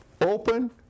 open